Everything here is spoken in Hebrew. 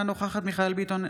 אינה נוכחת מיכאל מרדכי ביטון,